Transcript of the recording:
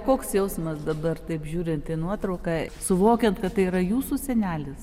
koks jausmas dabar taip žiūrint į nuotrauką suvokiant kad tai yra jūsų senelis